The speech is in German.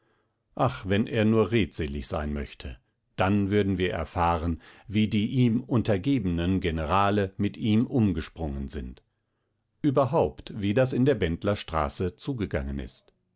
ach wenn er nur redselig sein möchte dann würden wir erfahren wie die ihm untergegebenen generale mit ihm umgesprungen sind überhaupt wie das in der bendlerstraße zugegangen ist